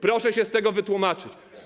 Proszę się z tego wytłumaczyć.